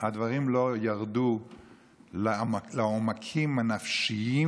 הדברים לא ירדו לעומקים הנפשיים,